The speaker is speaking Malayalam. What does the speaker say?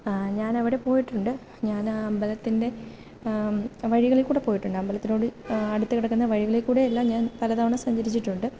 ഞാൻ അവിടെ പോയിട്ടുണ്ട് ഞാനാ അമ്പലത്തിൻ്റെ വഴികളിൽ കൂടെ പോയിട്ടുണ്ട് അമ്പലത്തിനോട് അടുത്ത് കിടക്കുന്ന വഴികളിൽ കൂടെയെല്ലാം ഞാൻ പലതവണ സഞ്ചരിച്ചിട്ടുണ്ട്